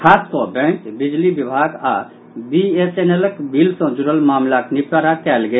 खास कऽ बैंक बिजली विभाग आओर बीएसएनएलक बिल सँ जुड़ल मामिलाक निपटारा कयल गेल